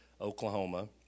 Oklahoma